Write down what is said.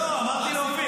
לא, אמרתי לאופיר.